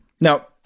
now